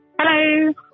Hello